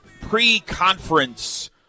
pre-conference